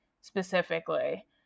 specifically